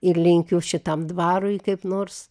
ir linkiu šitam dvarui kaip nors